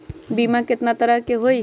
बीमा केतना तरह के होइ?